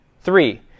Three